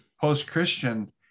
Post-Christian